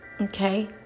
Okay